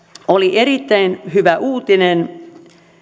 oli erittäin hyvä uutinen